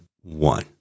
one